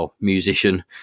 musician